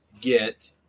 get